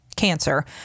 cancer